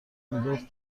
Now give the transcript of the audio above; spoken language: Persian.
میگفت